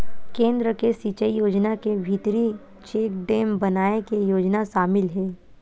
केन्द्र के सिचई योजना के भीतरी चेकडेम बनाए के योजना सामिल हे